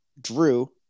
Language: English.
Drew